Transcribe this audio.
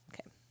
Okay